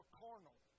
carnal